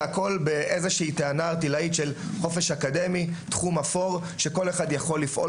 והכול בטענה ערטילאית של חופש אקדמי תחום אפור שכל אחד יכול לפעול